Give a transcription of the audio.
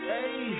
Hey